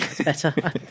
better